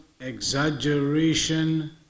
exaggeration